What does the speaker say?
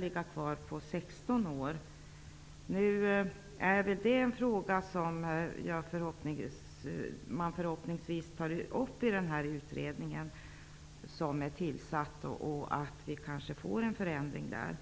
ligga kvar på 16 år, som nu är fallet i utlänningslagen? Det är en fråga som förhoppningsvis tas upp i den tillsatta utredningen, och kanske kan vi få en förändring här.